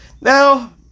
now